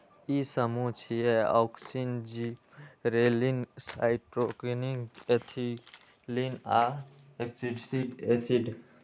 ई समूह छियै, auxin, gibberellin, cytokinin, ethylene आ एब्सिसिक एसिड